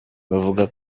bavuga